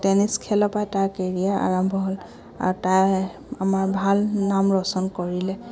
tennis খেলৰ পৰাই তাৰ কেৰিয়াৰ আৰম্ভ হ'ল আৰু তাই আমাৰ ভাল নাম ৰৌশ্বন কৰিলে